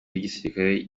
w’igisirikare